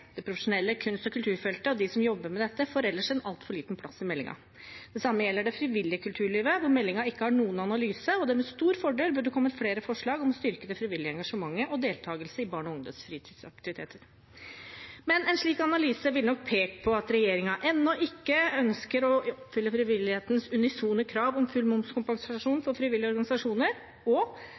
Det profesjonelle kunst- og kulturfeltet og de som jobber med dette, får ellers en altfor liten plass i meldingen. Det samme gjelder det frivillige kulturlivet, hvor meldingen ikke har noen analyse, og hvor det med stor fordel burde kommet flere forslag om å styrke det frivillige engasjementet og deltagelse i barne- og ungdomsfritidsaktiviteter. Men en slik analyse ville nok pekt på at regjeringen ennå ikke ønsker å oppfylle frivillighetens unisone krav om full momskompensasjon for frivillige organisasjoner, og